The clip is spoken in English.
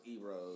Eros